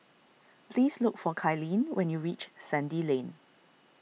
please look for Kylene when you reach Sandy Lane